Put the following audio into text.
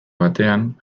batean